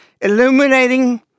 illuminating